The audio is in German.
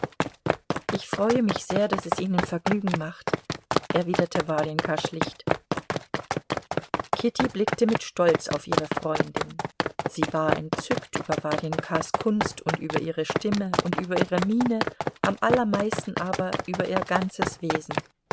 ich freue mich sehr daß es ihnen vergnügen macht erwiderte warjenka schlicht kitty blickte mit stolz auf ihre freundin sie war entzückt über warjenkas kunst und über ihre stimme und über ihre miene am allermeisten aber über ihr ganzes wesen